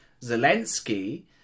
Zelensky